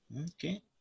Okay